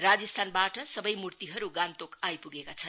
राज्यस्थानबाट सबै मूर्तिहरू गान्तोक आइपुगेका छन्